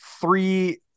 three